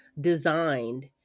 designed